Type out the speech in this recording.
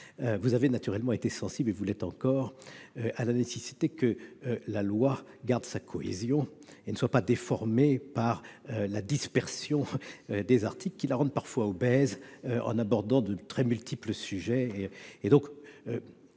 vous avez naturellement été sensible, et vous l'êtes encore, à la nécessité que la loi garde sa cohésion et ne soit pas déformée par la dispersion des articles qui la rendent parfois obèse en abordant de multiples sujets.